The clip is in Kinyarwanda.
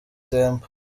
temple